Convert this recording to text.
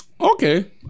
Okay